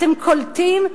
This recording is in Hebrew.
אתם קולטים?